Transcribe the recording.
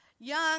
Young